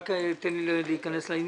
רק תן לי להיכנס לעניין.